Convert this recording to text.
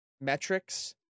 metrics